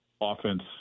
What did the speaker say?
offense